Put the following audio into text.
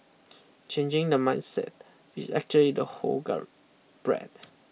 changing the mindset which actually the hall guard bred